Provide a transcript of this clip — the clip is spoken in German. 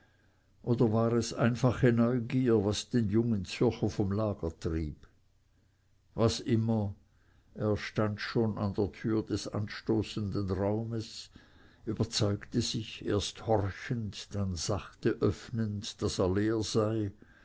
oder war es einfache neugier was den jungen zürcher vom lager trieb was immer er stand schon an der tür des anstoßenden raumes überzeugte sich erst horchend dann sachte öffnend daß er leer sei